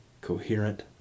coherent